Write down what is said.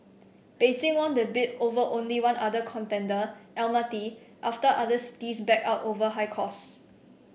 Beijing won the bid over only one other contender Almaty after other cities backed out over high costs